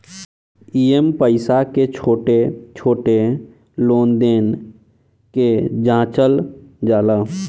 एइमे पईसा के छोट छोट लेन देन के जाचल जाला